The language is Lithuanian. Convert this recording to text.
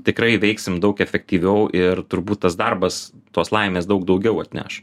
tikrai veiksim daug efektyviau ir turbūt tas darbas tos laimės daug daugiau atneš